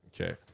Okay